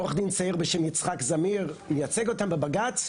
עו"ד צעיר בשם יצחק זמיר מייצג אותם בבג"צ,